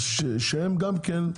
אז שהם גם כן,